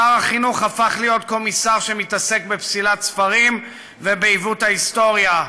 שר החינוך הפך להיות קומיסר שמתעסק בפסילת ספרים ובעיוות ההיסטוריה.